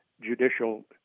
judicial